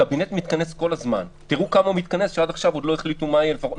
הקבינט מתכנס כל הזמן תראו כמה הוא מתכנס שעד עכשיו לא החליטו מה יהיה